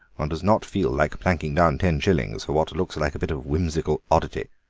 one does not feel like planking down ten shillings for what looks like a bit of whimsical oddity.